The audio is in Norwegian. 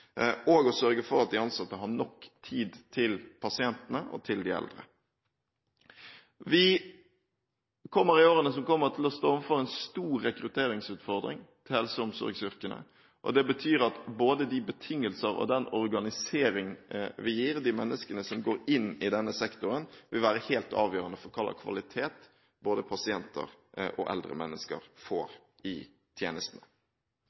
og å sørge for at de ansatte har nok tid til pasientene og til de eldre. Vi kommer i årene som kommer til å stå overfor en stor rekrutteringsutfordring i helse- og omsorgsyrkene, og det betyr at både de betingelser og den organisering vi gir de menneskene som går inn i denne sektoren, vil være helt avgjørende for hva slags kvalitet både pasienter og eldre mennesker får i tjenestene.